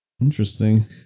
Interesting